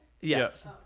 Yes